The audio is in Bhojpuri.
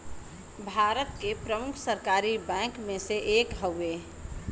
भारत के प्रमुख सरकारी बैंक मे से एक हउवे